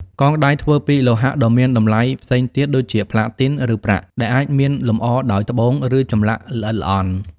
កងដៃធ្វើពីលោហៈដ៏មានតម្លៃផ្សេងទៀត ដូចជាផ្លាទីន ឬប្រាក់ ដែលអាចមានលម្អដោយត្បូង ឬចម្លាក់ល្អិតល្អន់។